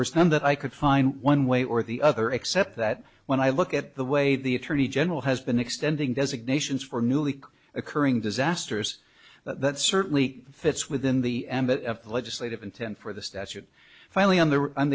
were some that i could find one way or the other except that when i look at the way the attorney general has been extending designations for newly occurring disasters that certainly fits within the ambit of the legislative intent for the statute finally on the